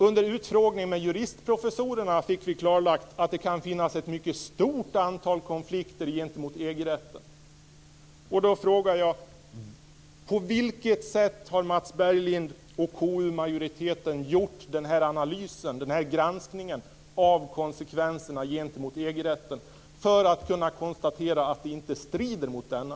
Under utfrågningen med juristprofessorerna fick vi klarlagt att det kan finnas ett mycket stort antal konflikter gentemot EG-rätten. På vilket sätt har Mats Berglind och KU-majoriteten gjort granskningen av konsekvenserna gentemot EG-rätten för att kunna konstatera att de inte strider mot denna?